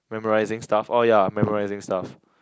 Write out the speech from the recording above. memorising stuff oh ya memorising stuff